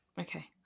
okay